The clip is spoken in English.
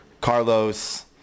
Carlos